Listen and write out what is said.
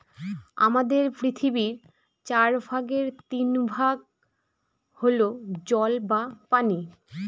আমাদের পৃথিবীর চার ভাগের তিন ভাগ হল জল বা পানি